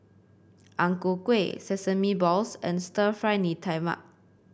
Ang Ku Kueh Sesame Balls and Stir Fry Mee Tai Mak